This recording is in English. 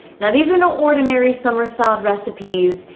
now, these are no ordinary summer salad recipes.